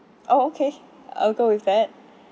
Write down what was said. oh okay I'll go with that